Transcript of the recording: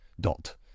dot